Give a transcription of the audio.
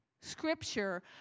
scripture